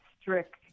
strict